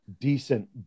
decent